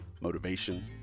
motivation